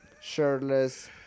shirtless